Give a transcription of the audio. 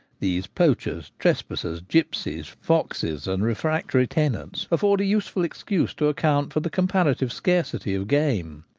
these poachers, trespassers, gipsies, foxes, and refrac tory tenants afford a useful excuse to account for the comparative scarcity of game.